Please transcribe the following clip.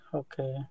okay